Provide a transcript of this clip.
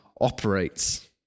operates